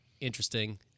interesting